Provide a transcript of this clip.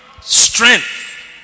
strength